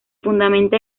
fundamenta